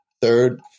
third